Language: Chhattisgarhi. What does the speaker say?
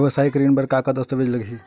वेवसायिक ऋण बर का का दस्तावेज लगही?